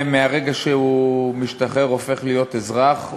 מהרגע שהוא משתחרר והופך להיות אזרח,